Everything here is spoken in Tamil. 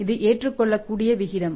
இது ஏற்றுக்கொள்ளக்கூடிய விகிதம்